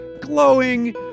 glowing